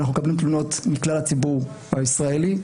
אנחנו מקבלים תלונות מכלל הציבור הישראלי,